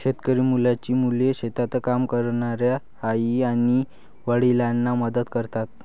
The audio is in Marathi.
शेतकरी मुलांची मुले शेतात काम करणाऱ्या आई आणि वडिलांना मदत करतात